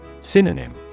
Synonym